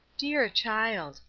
dear child!